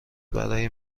برای